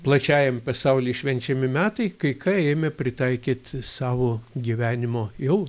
plačiajam pasauly švenčiami metai kai ką ėmė pritaikyt savo gyvenimo jau